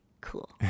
cool